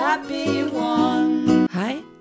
Hi